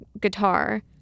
guitar